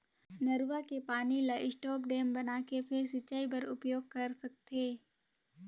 नरूवा के पानी ल स्टॉप डेम बनाके फेर सिंचई बर उपयोग कर सकथे